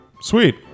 sweet